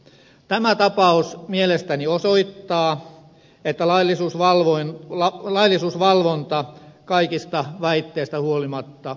tämä tapaus mielestäni osoittaa että laillisuusvalvonta kaikista väitteistä huolimatta toimii